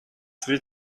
sri